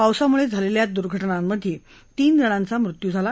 पावसामुळे झालेल्या दूर्घटनांमधे तीनजणांचा मृत्यू झाला